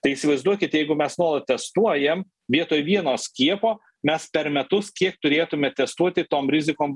tai įsivaizduokit jeigu mes nuolat testuojam vietoj vieno skiepo mes per metus kiek turėtume testuoti tom rizikom